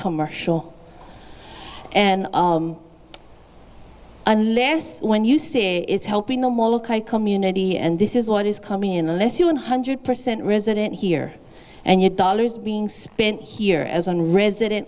commercial and unless when you say it's helping the community and this is what is coming in unless you're one hundred percent resident here and your dollars being spent here as an resident